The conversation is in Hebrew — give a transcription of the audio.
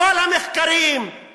כל המחקרים,